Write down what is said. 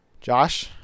Josh